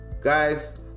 guys